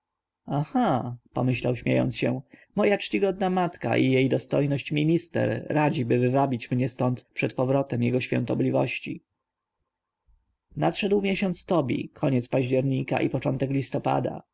aha pomyślał śmiejąc się moja czcigodna matka i jego dostojność minister radziby wywabić mnie stąd przed powrotem jego świątobliwości nadszedł miesiąc tobi koniec października i początek listopada